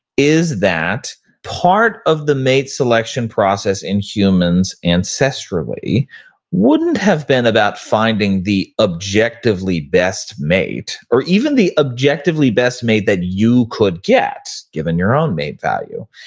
is that part of the mate selection process in humans ancestrally wouldn't have been about finding the objectively best mate, or even the objectively best mate that you could get given your own mate value,